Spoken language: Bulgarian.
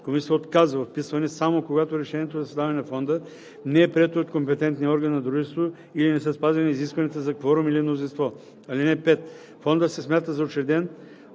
Комисията отказва вписване, само когато решението за създаване на фонда не е прието от компетентния орган на дружеството или не са спазени изисквания за кворум или мнозинство. (5) Фондът се смята за учреден